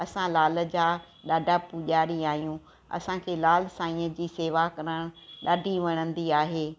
असां लाल जा ॾाढा पुजारी आहियूं असांखे लाल साईंअ जी सेवा करण ॾाढी वणंदी आहे